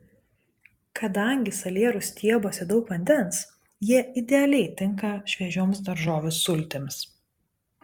kadangi salierų stiebuose daug vandens jie idealiai tinka šviežioms daržovių sultims